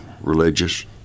religious